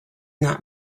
not